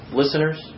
listeners